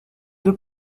deux